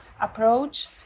approach